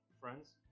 friends